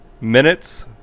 minutes